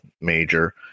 major